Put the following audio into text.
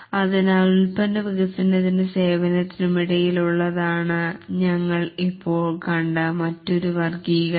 അതിനാൽ ഉൽപ്പന്ന വികസനത്തിനു സേവനത്തിനും ഇടയിൽ ഉള്ളതാണ് ഞങ്ങൾ ഇപ്പോൾ കണ്ട മറ്റൊരു വർഗ്ഗീകരണം